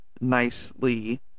nicely